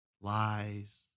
lies